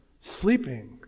sleeping